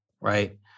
right